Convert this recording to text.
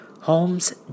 Holmes